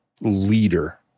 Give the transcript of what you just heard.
leader